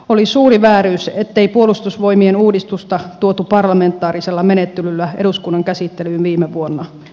oli suuri vääryys ettei puolustusvoimien uudistusta tuotu parlamentaarisella menettelyllä eduskunnan käsittelyyn viime vuonna